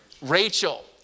rachel